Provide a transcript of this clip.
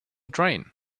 train